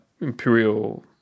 imperial